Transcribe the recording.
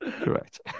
Correct